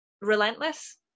Relentless